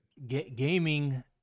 Gaming